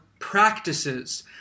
Practices